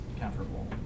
comfortable